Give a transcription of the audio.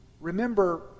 remember